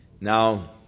Now